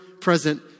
present